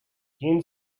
geen